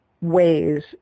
ways